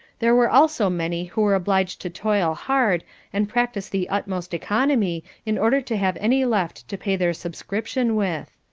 there were also many who were obliged to toil hard and practice the utmost economy in order to have any left to pay their subscription with.